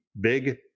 big